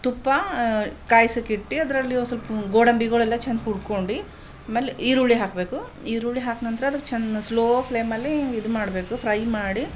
ತುಪ್ಪ ಕಾಯ್ಸಕಿಟ್ಟು ಅದರಲ್ಲಿ ಒಂದ್ಸ್ವಲ್ಪ ಗೋಡಂಬಿಗಳೆಲ್ಲ ಚಂದ ಹುರ್ಕೊಂಡು ಆಮೇಲೆ ಈರುಳ್ಳಿ ಹಾಕಬೇಕು ಈರುಳ್ಳಿ ಹಾಕಿ ನಂತರ ಅದಕ್ಕೆ ಚೆನ್ನ ಸ್ಲೋ ಫ್ಲೇಮಲ್ಲಿ ಇದು ಮಾಡಬೇಕು ಫ್ರೈ ಮಾಡಿ